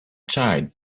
child